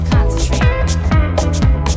Concentrate